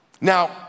Now